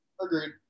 Agreed